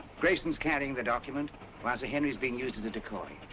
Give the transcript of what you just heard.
grayson's carrying the document while sir henry is being used as a decoy.